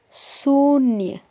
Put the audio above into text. शून्य